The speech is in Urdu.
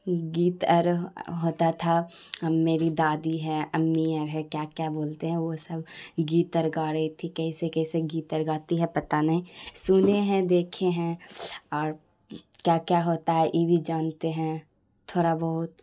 گیت اور ہوتا تھا میری دادی ہے ہے کیا کیا بولتے ہیں وہ سب گیتر گا رہی تھی کیسے کیسے گیتر گاتی ہے پتہ نہیں سنے ہیں دیکھے ہیں اور کیا کیا ہوتا ہے یہ بھی جانتے ہیں تھورا بہت